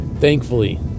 thankfully